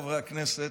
הביטחון,